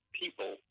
people